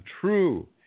true